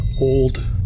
old